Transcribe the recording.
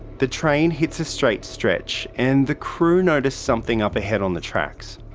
the train hits a straight stretch and the crew notice something up ahead on the tracks.